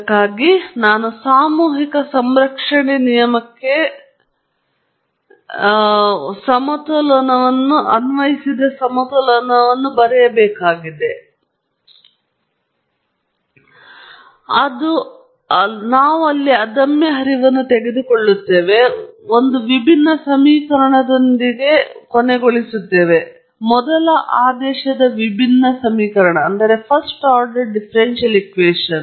ಇದಕ್ಕಾಗಿ ನಾವು ಸಾಮೂಹಿಕ ಸಂರಕ್ಷಣೆ ನಿಯಮಕ್ಕೆ ಸಾಮೂಹಿಕ ಸಮತೋಲನವನ್ನು ಅನ್ವಯಿಸಿದ ವಸ್ತು ಸಮತೋಲನವನ್ನು ಬರೆಯಬೇಕಾಗಿದೆ ಮತ್ತು ನಾವು ಅದಮ್ಯ ಹರಿವನ್ನು ತೆಗೆದುಕೊಳ್ಳುತ್ತೇವೆ ಮತ್ತು ನಾವು ಒಂದು ವಿಭಿನ್ನ ಸಮೀಕರಣದೊಂದಿಗೆ ಕೊನೆಗೊಳ್ಳುತ್ತೇವೆ ಮೊದಲ ಆದೇಶದ ವಿಭಿನ್ನ ಸಮೀಕರಣ ದುರದೃಷ್ಟವಶಾತ್ ನಾನ್ ಪ್ರಕೃತಿಯಲ್ಲಿ ಲೈನ್